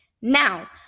Now